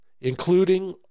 including